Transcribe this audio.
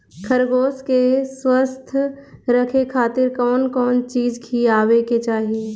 खरगोश के स्वस्थ रखे खातिर कउन कउन चिज खिआवे के चाही?